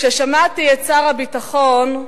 כששמעתי את שר הביטחון,